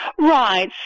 Right